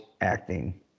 acting